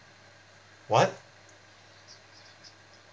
what